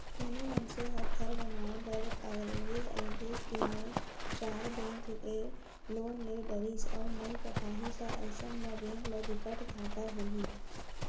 कोनो मनसे ह घर बनाए बर अलगे अलगे तीनए चार बेंक ले लोन ले डरिस अउ नइ पटाही त अइसन म बेंक ल बिकट घाटा होही